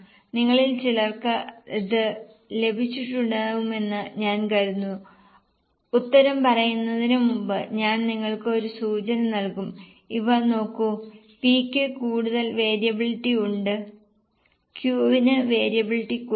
നിങ്ങളിൽ ചിലർക്ക് ഇത് ലഭിച്ചിട്ടുണ്ടാകുമെന്ന് ഞാൻ കരുതുന്നു ഉത്തരം പറയുന്നതിന് മുമ്പ് ഞാൻ നിങ്ങൾക്ക് ഒരു സൂചന നൽകും ഇവ നോക്കൂ P ക്ക് കൂടുതൽ വേരിയബിളിറ്റിയുണ്ട് Q വിന് വേരിയബിലിറ്റി കുറവാണ്